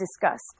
discussed